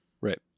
Right